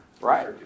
right